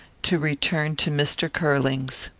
to return to mr. curling's.